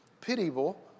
pitiable